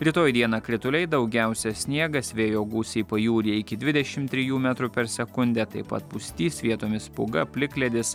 rytoj dieną krituliai daugiausia sniegas vėjo gūsiai pajūryje iki dvidešim trijų metrų per sekundę taip pat pustys vietomis pūga plikledis